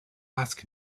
ask